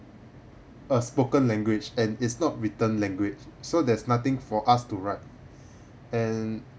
a spoken language and it's not written language so there's nothing for us to write and